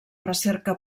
recerca